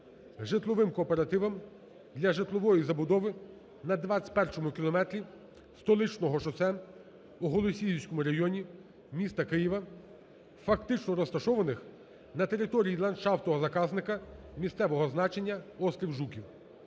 житловим кооперативам для житлової забудови на 21 кілометрі Столичного шосе у Голосіївському районі міста Києва, фактично розташованих на території ландшафтного заказника місцевого значення острів Жуків